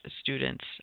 students